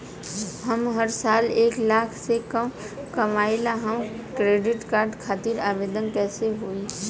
हम हर साल एक लाख से कम कमाली हम क्रेडिट कार्ड खातिर आवेदन कैसे होइ?